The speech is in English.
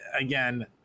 again